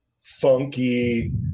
funky